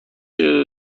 خدا